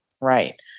Right